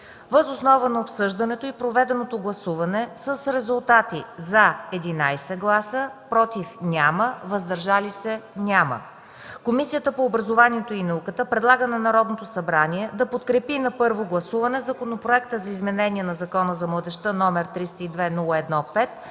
Въз основа на обсъждането и проведеното гласуване с резултати „за” – 11 гласа, без „против” и „въздържали се”, Комисията по образованието и науката предлага на Народното събрание да подкрепи на първо гласуване законопроекта за изменение на Закона за младежта, № 302-01-5,